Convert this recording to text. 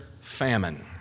Famine